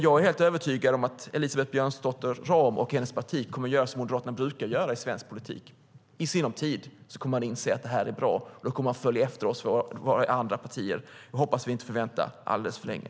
Jag är helt övertygad om att Elisabeth Björnsdotter Rahm och hennes parti kommer att göra som Moderaterna brukar göra i svensk politik: I sinom kommer de att inse att det här är bra, och då kommer de att följa efter oss i andra partier. Jag hoppas att vi inte behöver vänta alldeles för länge.